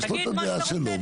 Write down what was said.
יש לו את הדעה שלו.